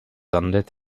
unlit